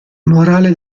morale